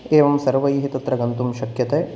एवं सर्वैः तत्र गन्तुं शक्यते